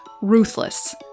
ruthless